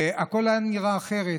הכול נראה אחרת.